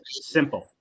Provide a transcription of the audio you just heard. simple